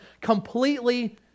completely